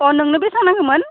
अह नोंनो बेसेबां नांगौमोन